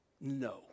No